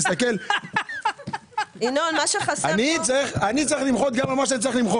אני צריך למחות על מה שצריך.